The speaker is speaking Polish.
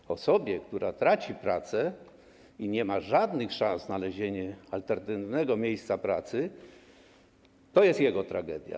Dla osoby, która traci pracę i nie ma żadnych szans na znalezienie alternatywnego miejsca pracy, to jest tragedia.